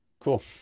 cool